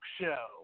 show